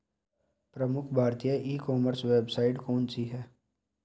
प्रमुख भारतीय e commerce website कौन कौन सी हैं?